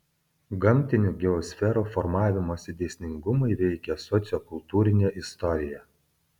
gamtinių geosferų formavimosi dėsningumai veikia sociokultūrinę istoriją